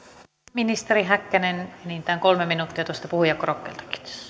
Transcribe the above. ministeri häkkänen enintään kolme minuuttia tuosta puhujakorokkeelta